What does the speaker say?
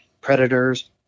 predators